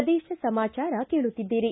ಪ್ರದೇಶ ಸಮಾಚಾರ ಕೇಳುತ್ತಿದ್ದೀರಿ